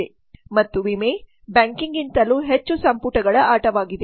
ಮತ್ತು ವಿಮೆ ಬ್ಯಾಂಕಿಂಗ್ಗಿಂತಲೂ ಹೆಚ್ಚು ಸಂಪುಟಗಳ ಆಟವಾಗಿದೆ